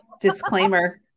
disclaimer